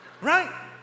Right